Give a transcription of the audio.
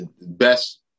best